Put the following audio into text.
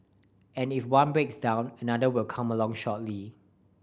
and if one breaks down another will come along shortly